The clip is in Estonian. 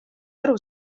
aru